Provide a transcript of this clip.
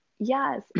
yes